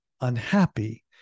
Unhappy